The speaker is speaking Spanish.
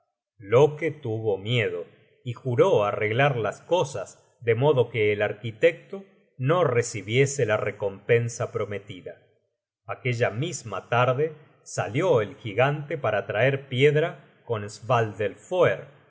fijada loke tuvo miedo y juró arreglar las cosas de modo que el arquitecto no recibiese la recompensa prometida aquella misma tarde salió el gigante para traer piedra con svadelfoere y